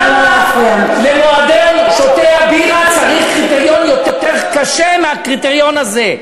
למה למועדון שותי הבירה צריך קריטריון יותר קשה מהקריטריון הזה?